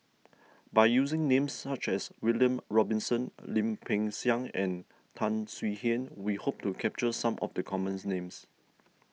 by using names such as William Robinson Lim Peng Siang and Tan Swie Hian we hope to capture some of the commons names